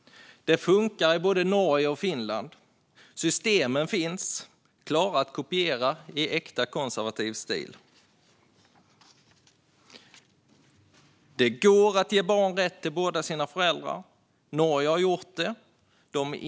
Det funkar i både Norge och Finland. Systemen finns klara att kopiera, i äkta konservativ stil. Det går att ge barn rätt till båda sina föräldrar. Norge har gjort det.